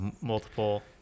multiple